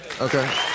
Okay